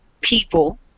people